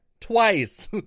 twice